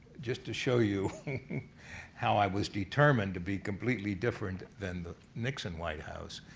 just to show you how i was determined to be completely different than the nixon white house.